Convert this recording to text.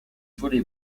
volley